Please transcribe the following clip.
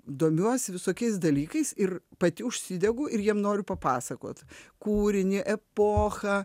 domiuosi visokiais dalykais ir pati užsidegu ir jiem noriu papasakot kūrinį epochą